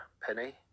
penny